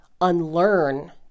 unlearn